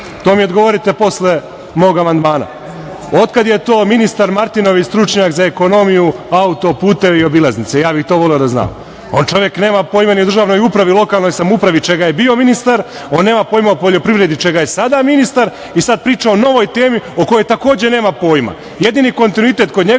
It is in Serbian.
To mi odgovorite posle mog amandmana. Od kad je to ministar Martinović stručnjak za ekonomiju, autoputeve i obilaznice, ja bih to voleo da znam. On čovek nema pojma ni o državnoj upravi i lokalnoj samoupravi čega je bio ministar, on nema pojma o poljoprivredi čega je sada ministar, i sad priča o novoj temi o kojoj takođe nema pojma. Jedini kontinuitet kod njega